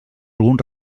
algun